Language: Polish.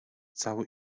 całe